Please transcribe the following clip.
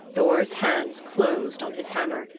thor's hands closed on his hammer.